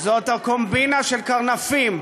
זאת קומבינה של קרנפים.